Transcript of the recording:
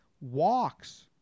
walks